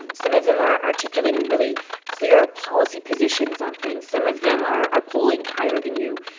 and some of them are articulating really clear policy positions on things. some of them are are polling higher than you.